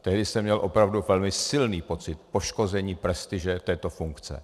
Tehdy jsem měl opravdu velmi silný pocit poškození prestiže této funkce.